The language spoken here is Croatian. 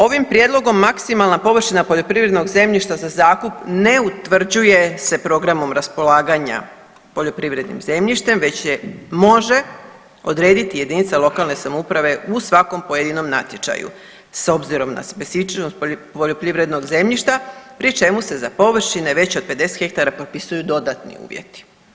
Ovim prijedlogom maksimalna površina poljoprivrednog zemljišta za zakup ne utvrđuje se programom raspolaganja poljoprivrednim zemljištem već je može odrediti jedinica lokalne samouprave u svakom pojedinom natječaju, s obzirom na specifičnost poljoprivrednog zemljišta pri čemu se za površine veće od 50 hektara potpisuju dodatni uvjeti.